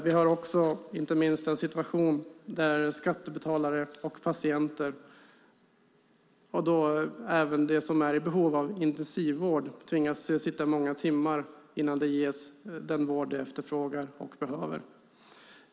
Vi har inte minst en situation där skattebetalare och patienter, och då även de som är i behov av intensivvård, tvingas sitta i många timmar innan de ges den vård de efterfrågar och behöver.